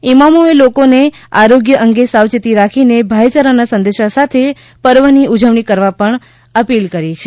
ઇમામોએ લોકોને આરોગ્ય અંગે સાવચેતી રાખીને ભાઇચારાના સંદેશા સાથે પર્વની ઉજવણી કરવા અપીલ કરી છે